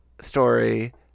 story